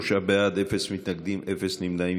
23 בעד, אפס מתנגדים, אפס נמנעים.